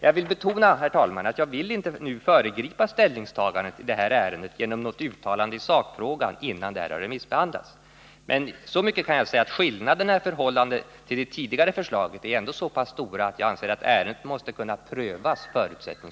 Jag vill betona, herr talman, att jag nu inte vill föregripa ställningstagandet Nr 153 i det här ärendet genom något uttalande i sakfrågan innan ärendet har Tisdagen den remissbehandlats. Men så mycket kan jag säga att skillnaderna i förhållande 27 maj 1980 till det tidigare förslaget ändå är så stora att jag anser att ärendet måste kunna